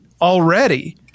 already